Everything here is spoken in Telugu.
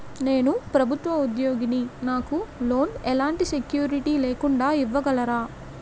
నేను ప్రభుత్వ ఉద్యోగిని, నాకు లోన్ ఎలాంటి సెక్యూరిటీ లేకుండా ఇవ్వగలరా?